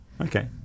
okay